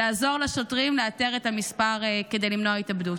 לעזור לשוטרים לאתר את המספר כדי למנוע התאבדות.